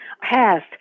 passed